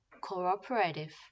cooperative